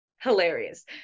hilarious